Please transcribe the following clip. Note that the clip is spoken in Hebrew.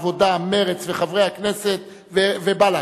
העבודה ומרצ וחברי הכנסת מבל"ד.